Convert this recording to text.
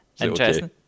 Interesting